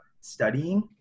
studying